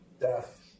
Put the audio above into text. death